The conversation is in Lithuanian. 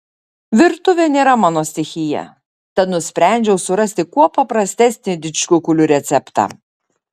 virtuvė nėra mano stichija tad nusprendžiau surasti kuo paprastesnį didžkukulių receptą